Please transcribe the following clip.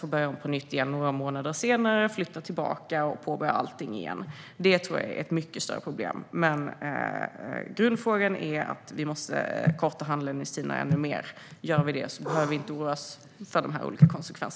för att några månader senare börja om, flytta tillbaka och påbörja allt igen. Grundfrågan är dock att vi måste korta handläggningstiderna ännu mer. Gör vi det behöver vi inte oroa oss på samma sätt för dessa olika konsekvenser.